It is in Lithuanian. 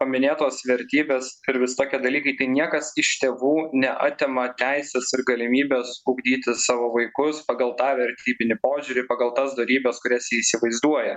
paminėtos vertybės ir visokie dalykai tai niekas iš tėvų neatima teisės ir galimybės ugdyti savo vaikus pagal tą vertybinį požiūrį pagal tas dorybes kurias jie įsivaizduoja